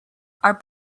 are